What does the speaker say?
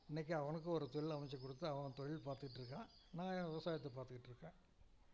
இன்னைக்கு அவனுக்கும் ஒரு தொழில் அமைத்து கொடுத்து அவன் தொழில் பார்த்துட்ருக்கான் நான் விவசாயத்தை பார்த்துகுட்ருக்கேன்